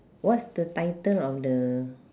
what's the title of the